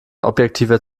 objektiver